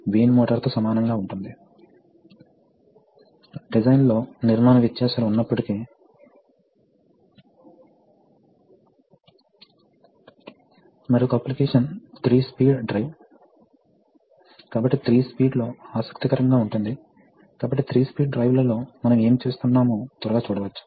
మరియు మనకు సాధారణ పంపు ఉంది ఇది ప్రధాన వాల్వ్ ఇది పనిచేస్తోంది ఇక్కడ రిలీఫ్ వాల్వ్ D ఉంది మరియు ఇవి మూడు వాల్వ్స్ వాస్తవానికి ఇవి సీక్వెన్సర్ కు కారణమవుతాయి